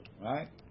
right